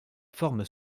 forme